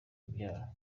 urubyaro